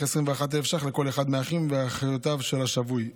21,000 ש"ח לכל אחד מאחיו ואחיותיו של השבוי,